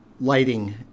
lighting